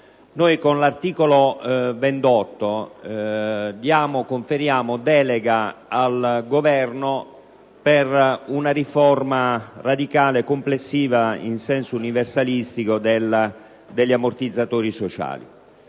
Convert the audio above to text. Con l'articolo 28 conferiamo una delega al Governo per attuare una riforma radicale e complessiva in senso universalistico degli ammortizzatori sociali.